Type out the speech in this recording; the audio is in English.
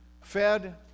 Fed